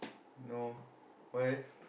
no why